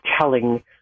telling